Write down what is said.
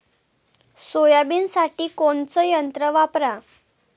सोयाबीनसाठी कोनचं यंत्र वापरा?